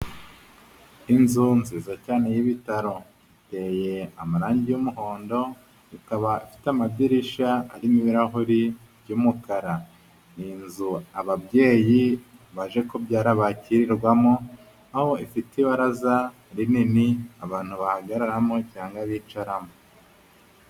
Inzu nziza cyane y'ibitaro iteye amarangi y'umuhondo ikaba ifite amadirisha arimo ibirahuri by'umukara, ni inzu ababyeyi baje kubyara bakirirwamo aho ifite ibaraza rinini abantu bahagararamo cyangwa bicaramo.